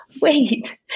wait